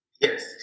Yes